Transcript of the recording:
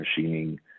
machining